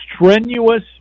strenuous